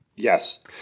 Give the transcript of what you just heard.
Yes